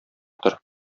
тор